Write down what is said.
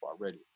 already